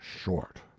short